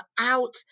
out